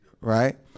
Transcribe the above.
right